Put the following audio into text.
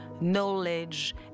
knowledge